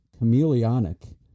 chameleonic